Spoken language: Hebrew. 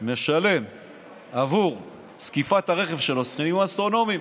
משלם עבור זקיפת הרכב שלו סכומים אסטרונומיים.